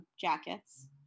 jackets